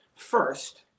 First